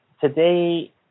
today